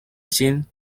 seen